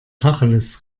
tacheles